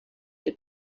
your